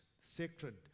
sacred